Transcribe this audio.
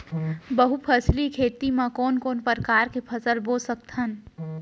बहुफसली खेती मा कोन कोन प्रकार के फसल बो सकत हन?